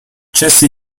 jesse